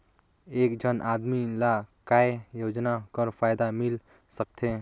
एक झन आदमी ला काय योजना कर फायदा मिल सकथे?